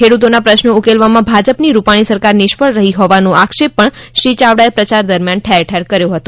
ખેડૂતોના પ્રશ્નો ઉકેલવામાં ભાજપની રૂપાણી સરકાર નિષ્ફળ રહી હોવાનો આક્ષેપ પણ શ્રી ચાવડાએ પ્રચાર દરમ્યાન ઠેર ઠેર કર્યો હતો